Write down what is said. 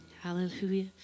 Hallelujah